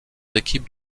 équipes